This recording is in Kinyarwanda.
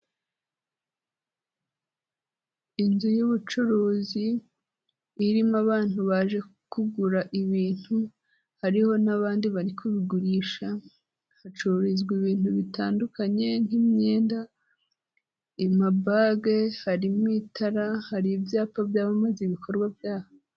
Inzu y'ubucuruzi, irimo abantu baje kugura ibintu, hariho n'abandi bari kubigurisha, hacururizwa ibintu bitandukanye nk'imyenda, amabage, harimo itara, hari ibyapa byamamaza ibikorwa byaho.